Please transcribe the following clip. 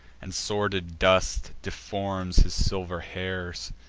and sordid dust deforms his silver hairs.